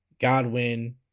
Godwin